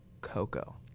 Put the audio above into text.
Coco